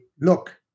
look